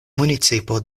municipo